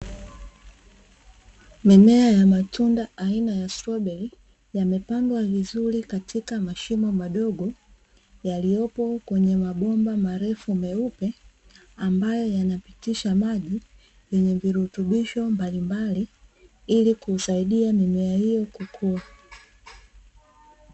Mimea aina ya matunda aina ya stoberi, yamepandwa vizuri katika mashimo madogo meupe, ambayo yanapitisha maji yenye virutubisho mbalimbali ambayo yanasaidia mimea hiyo kukua.